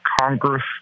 Congress